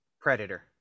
Predator